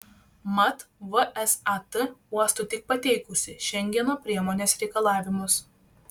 mat vsat uostui tik pateikusi šengeno priemonės reikalavimus